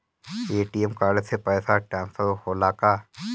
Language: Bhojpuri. ए.टी.एम कार्ड से पैसा ट्रांसफर होला का?